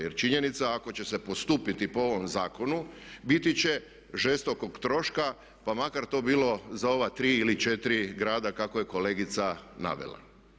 Jer činjenica ako će se postupiti po ovom zakonu biti će žestokog troška pa makar to bilo za ova tri ili četiri grada kako je kolegica navela.